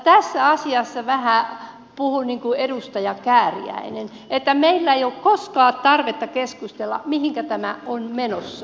tässä asiassa puhun vähän niin kuin edustaja kääriäinen että meillä ei ole koskaan tarvetta keskustella mihinkä tämä on menossa